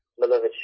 beloved